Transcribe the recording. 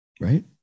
Right